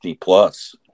plus